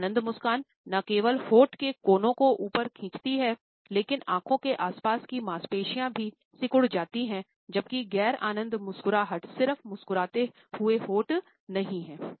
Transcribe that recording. एक आनंद मुस्कानन केवल होंठ के कोनों को ऊपर खींचता हैं लेकिन आंखों के आसपास की मांसपेशियों भी सिकुड़ जाती है जबकि गैर आनंद मुस्कुराहट सिर्फ मुस्कुराते हुए होंठ नहीं है